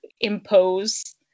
impose